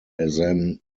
then